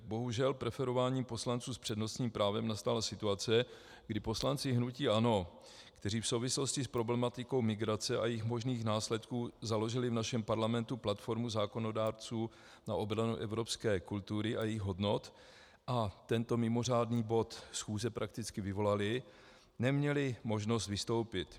Bohužel preferováním poslanců s přednostním právem nastala situace, kdy poslanci hnutí ANO, kteří v souvislosti s problematikou migrace a jejích možných následků založili v našem parlamentu platformu zákonodárců na obranu evropské kultury a jejích hodnot a tento mimořádný bod schůze prakticky vyvolali, neměli možnost vystoupit.